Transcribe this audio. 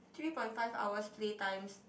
three point five hours play times